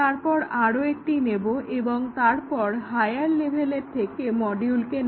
তারপর আরো একটি নেব এবং তারপর হায়ার লেভেলের থেকে মডিউলকে নেব